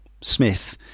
Smith